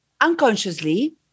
unconsciously